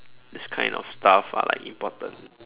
these kind of stuff are like important